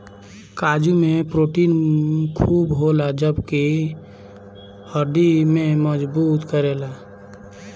काजू में प्रोटीन खूब होला जवन की हड्डी के मजबूत करेला